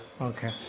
Okay